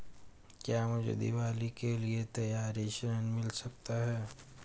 क्या मुझे दीवाली के लिए त्यौहारी ऋण मिल सकता है?